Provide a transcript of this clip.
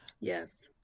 Yes